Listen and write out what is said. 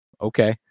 okay